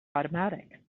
automatic